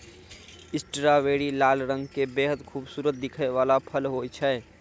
strawberry लाल रंग के बेहद खूबसूरत दिखै वाला फल होय छै